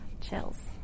chills